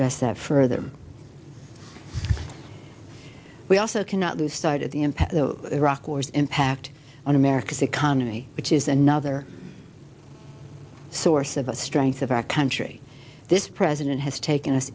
address that further we also cannot lose sight of the impact the iraq war's impact on america's economy which is another source of the strength of our country this president has taken us